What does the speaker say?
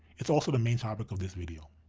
it's also the main topic of this video.